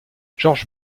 georges